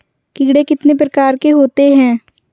कीड़े कितने प्रकार के होते हैं?